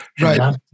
Right